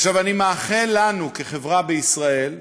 עכשיו, אני מאחל לנו, כחברה בישראל,